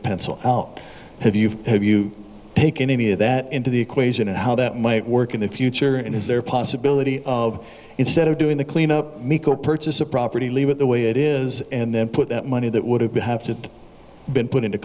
pencil have you have you take any of that into the equation and how that might work in the future and is there a possibility instead of doing the clean up purchase of property leave it the way it is and then put that money that would have been have to been put into